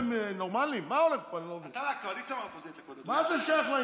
מה זה שייך?